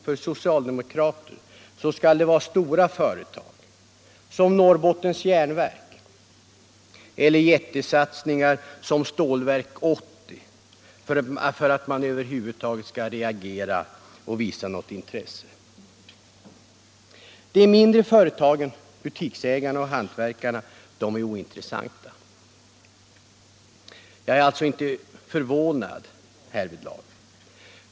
För socialdemokrater skall det vara stora företag som Norrbottens Järnverk eller jättesatsningar som Stålverk 80 för att man över huvud taget skall reagera och visa något intresse. De mindre företagen — butiksägarna och hantverkarna — är ointressanta. Jag är alltså inte förvånad över socialdemokraternas ställningstagande.